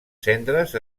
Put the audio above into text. cendres